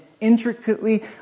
intricately